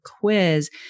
quiz